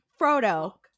Frodo